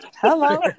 hello